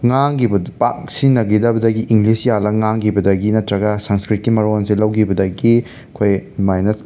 ꯉꯥꯡꯒꯤꯕꯗꯨ ꯄꯥꯛ ꯁꯤꯖꯤꯟꯅꯒꯤꯗꯕꯗꯒꯤ ꯏꯪꯂꯤꯁ ꯌꯥꯜꯂ ꯉꯥꯡꯒꯤꯕꯗꯒꯤ ꯅꯠꯇ꯭ꯔꯒ ꯁꯪꯁꯀ꯭ꯔꯤꯠꯀꯤ ꯃꯔꯣꯜꯁꯦ ꯂꯧꯒꯤꯕꯗꯒꯤ ꯑꯩꯈꯣꯏ ꯑꯗꯨꯃꯥꯏꯅ